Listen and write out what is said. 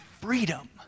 freedom